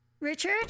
Richard